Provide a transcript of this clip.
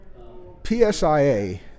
PSIA